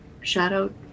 shadow